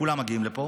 כולם מגיעים לפה.